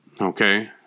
Okay